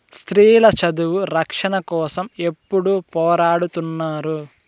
స్త్రీల చదువు రక్షణ కోసం ఎప్పుడూ పోరాడుతున్నారు